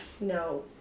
No